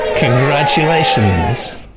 Congratulations